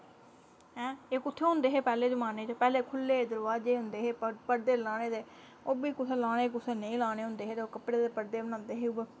ऐं एह् कु'त्थें होंदे हे पैह्ले जमान्ने च पैह्ले खु'ल्ले दरवाजे होंदे हे पर्दे लाने ते ओह् बी कुसै लाने कुसै नेईं लाने होंदे हे ते कपडे़ दे पर्दे बनांदे हे ओह्